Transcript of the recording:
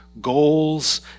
goals